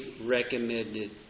recommended